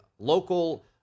local